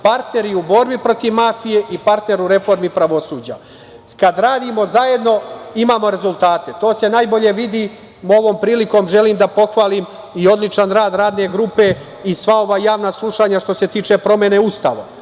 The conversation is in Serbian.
Partner i u borbi protiv mafije i partner u reformi pravosuđa. Kad radimo zajedno, imamo rezultate. To se najbolje vidi, ovom prilikom želim da pohvalim i odličan rad radne grupe i sva ova javna slušanja što se tiče promene Ustava.